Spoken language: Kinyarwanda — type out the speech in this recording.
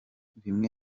bimwe